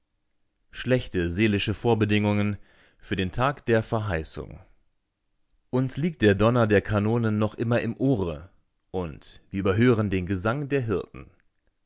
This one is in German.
schlechte seelische vorbedingung für den tag der verheißung uns liegt der donner der kanonen noch immer im ohre und wir überhören den gesang der hirten